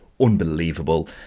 unbelievable